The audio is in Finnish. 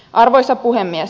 arvoisa puhemies